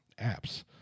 apps